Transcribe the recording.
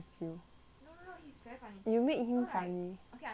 you make him funny